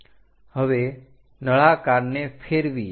હવે નળાકારને ફેરવીએ